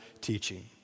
teaching